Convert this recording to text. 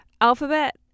Alphabet